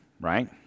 right